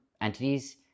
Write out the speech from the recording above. entities